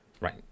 right